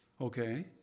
Okay